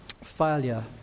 failure